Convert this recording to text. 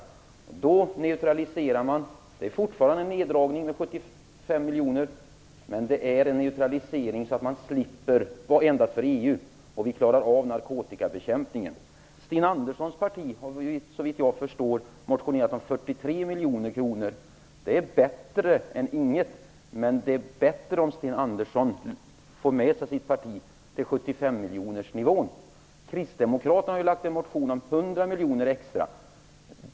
Det innebär en neutralisering - det är fortfarande en neddragning med 75 miljoner - så att man slipper förändra för EU, och vi klarar av narkotikabekämpning. Sten Anderssons parti har, såvitt jag förstår, motionerat om 43 miljoner kronor. Det är bättre än inget, men det är bättre om Sten Andersson får med sig sitt parti till 75 miljonersnivån. Kristdemokraterna har en motion om 100 miljoner extra.